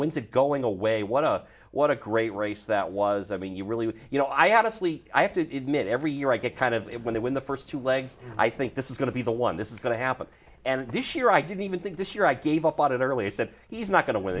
wins it going away what a what a great race that was i mean you really you know i honestly i have to admit every year i get kind of it when they win the first two legs i think this is going to be the one this is going to happen and this year i didn't even think this year i gave up on it earlier said he's not go